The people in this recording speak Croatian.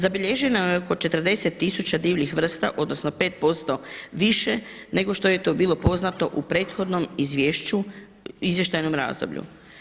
Zabilježeno je oko 40000 divljih vrsta, odnosno 5% više nego što je to bilo poznato u prethodnom izvještajnom razdoblju.